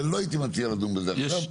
ולא הייתי מציע לדון בזה עכשיו,